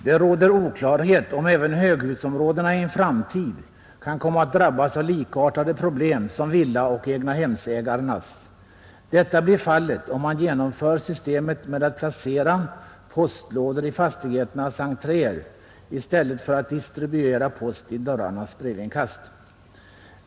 Det råder oklarhet om även höghusområdena i en framtid kan komma att drabbas av likartade problem som villaoch egnahemsägarnas. Detta blir fallet om man genomför systemet med att placera postlådor i fastigheternas entréer istället för att distribuera post i dörrarnas brevinkast.